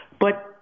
but-